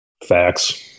Facts